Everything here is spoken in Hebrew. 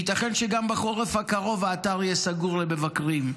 וייתכן שגם בחורף הקרוב האתר יהיה סגור למבקרים.